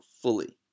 fully